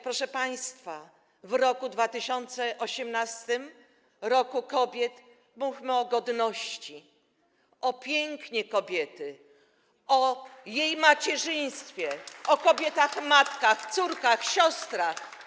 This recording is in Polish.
Proszę państwa, w roku 2018, roku kobiet, mówmy o godności, o pięknie kobiety, o jej macierzyństwie, o kobietach matkach, córkach, siostrach.